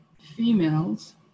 females